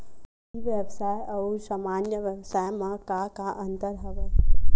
ई व्यवसाय आऊ सामान्य व्यवसाय म का का अंतर हवय?